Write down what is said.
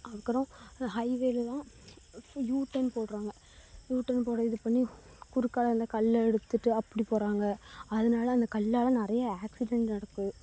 அதுக்கப்புறம் ஹைவேல எல்லாம் யூடேர்ன் போட்டுறாங்க யூடேர்ன் போட இது பண்ணி குறுக்கால் இருந்த கல்லை எடுத்துகிட்டு அப்படி போகறாங்க அதனால அந்த கல்லால் நிறைய ஆக்ஸிடெண்ட் நடக்கும்